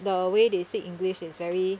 the way they speak english is very